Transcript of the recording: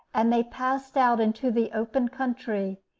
and they passed out into the open country,